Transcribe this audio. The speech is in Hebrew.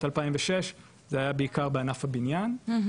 יכול להיות שחלק גדול מהעובדים שלא משכו,